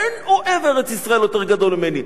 אין אוהב ארץ-ישראל יותר גדול ממני,